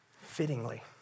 fittingly